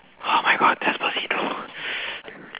oh my god despacito